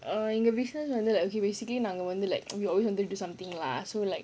err in the business வந்து:vandhu okay basically நாங்க வந்து:naanga vandhu like we always wanted to do something lah so like